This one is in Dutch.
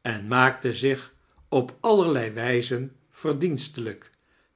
en maakte zich op allerlei wijzen verdiemstelrjk